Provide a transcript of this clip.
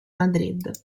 madrid